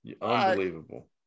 unbelievable